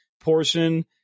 portion